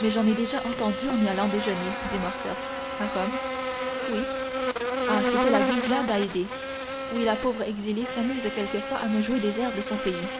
mais j'en ai déjà entendu en y allant déjeuner dit morcerf à rome oui ah c'était la guzla d'haydée oui la pauvre exilée s'amuse quelquefois à me jouer des airs de son pays